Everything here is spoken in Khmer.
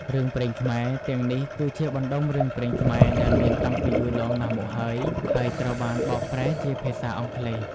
រឿងព្រេងខ្មែរ ទាំងនេះគឺជាបណ្តុំរឿងព្រេងខ្មែរដែលមានតាំងពីយូរលង់ណាស់មកហើយ ហើយត្រូវបានបកប្រែជាភាសាអង់គ្លេស។